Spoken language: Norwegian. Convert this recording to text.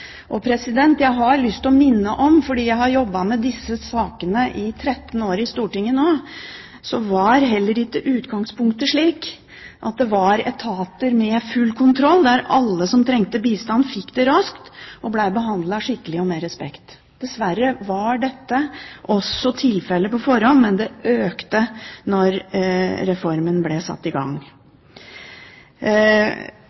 og komplisert reform. Jeg har lyst til å minne om – fordi jeg har jobbet med disse sakene i 13 år i Stortinget nå – at heller ikke utgangspunktet var slik at det var etater med full kontroll, der alle som trengte bistand, fikk det raskt og ble behandlet skikkelig og med respekt. Dessverre var heller ikke dette tilfellet på forhånd, men problemet økte da reformen ble satt i gang.